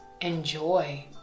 Enjoy